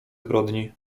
zbrodni